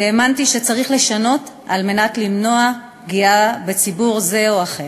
והאמנתי שצריך לשנות על מנת למנוע פגיעה בציבור זה או אחר.